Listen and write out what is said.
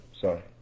sorry